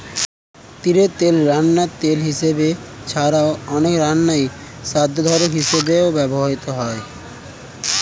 তিলের তেল রান্নার তেল হিসাবে ছাড়াও, অনেক রান্নায় স্বাদবর্ধক হিসাবেও ব্যবহৃত হয়